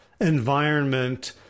environment